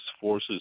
forces